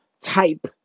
type